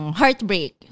heartbreak